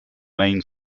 main